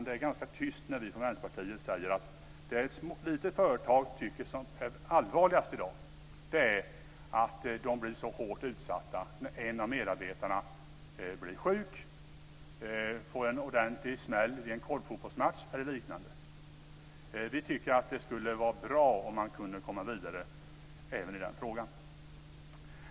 Det är ganska tyst när vi från Vänsterpartiet säger att det ett litet företag i dag tycker är allvarligast är att man blir så hårt utsatt när en av medarbetarna blir sjuk, får en ordentlig smäll vid en korpfotbollsmatch eller liknande. Vi tycker att det skulle vara bra om man kunde komma vidare även i den frågan.